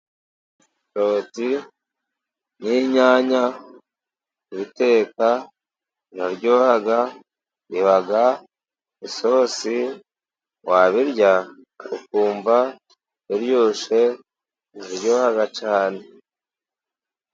Karoti n' inyanya kubiteka biraryoha baba isosi wabirya ukumva biryoshe, biraryoha cyane.